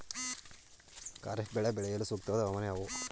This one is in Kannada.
ಖಾರಿಫ್ ಬೆಳೆ ಬೆಳೆಯಲು ಸೂಕ್ತವಾದ ಹವಾಮಾನ ಯಾವುದು?